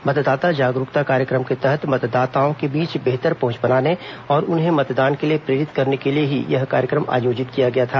मतदाता जागरूकता कार्यक्रम के तहत मतदाताओं के बीच बेहतर पहुंच बनाने और उन्हें मतदान के लिए प्रेरित करने के लिए ही यह कार्यक्रम आयोजित किया गया था